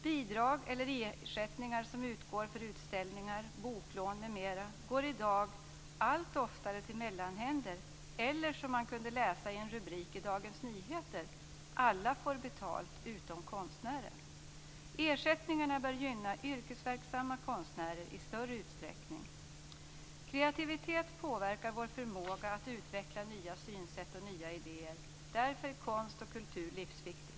Bidrag eller ersättningar som utgår för utställningar, boklån m.m. går i dag allt oftare till mellanhänder. I en rubrik i Dagens Nyheter kunde man läsa: "Alla får betalt - utom konstnären." Ersättningarna bör i större utsträckning gynna yrkesverksamma konstnärer. Kreativitet påverkar vår förmåga att utveckla nya synsätt och nya idéer. Därför är konst och kultur livsviktigt.